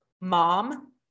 mom